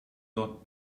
lot